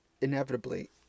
inevitably